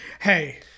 Hey